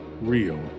real